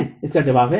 इसका जवाब है हाँ